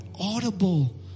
audible